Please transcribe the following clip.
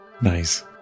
Nice